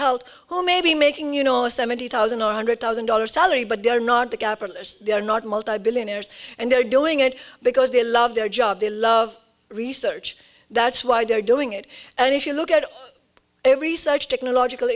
health who are maybe making you know seventy thousand or hundred thousand dollars salary but they're not the capitalist they're not multi billionaires and they're doing it because they love their job they love research that's why they're doing it and if you look at every such technological